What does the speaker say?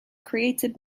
created